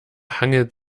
hangelt